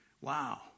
Wow